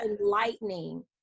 enlightening